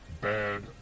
bad